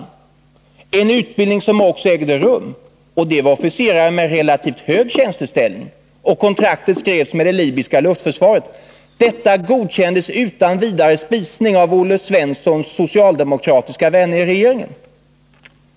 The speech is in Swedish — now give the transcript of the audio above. Den utbildningen ägde också rum, det handlade om officerare med relativt hög tjänsteställning och kontraktet skrevs med det libyska luftförsvaret. Detta godkändes utan vidare spisning av Olle Svenssons socialdemokratiska vänner i regeringen.